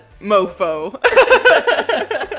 mofo